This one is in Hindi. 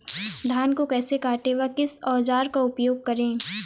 धान को कैसे काटे व किस औजार का उपयोग करें?